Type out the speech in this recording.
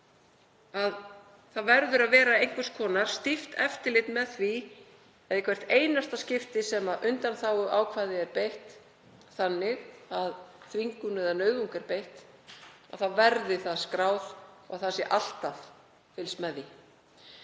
að það verður að vera einhvers konar stíft eftirlit með því í hvert einasta skipti sem undanþáguákvæði er beitt þannig að ef þvingun eða nauðung er beitt þá verði það skráð og alltaf fylgst með því.